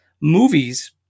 movies